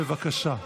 בבקשה.